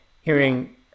hearing